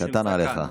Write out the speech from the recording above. קטן עליך.